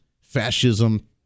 fascism